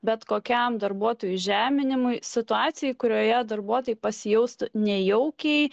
bet kokiam darbuotojų įžeminimui situacijai kurioje darbuotojai pasijaustų nejaukiai